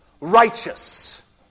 righteous